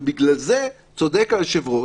ובגלל זה צודק היושב-ראש.